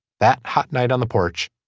that hot night on the porch.